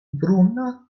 helbruna